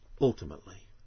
ultimately